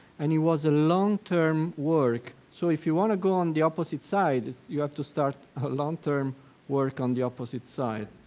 and it was a long term work. so if you want to go on the opposite side, you have to start a long term work on the opposite side.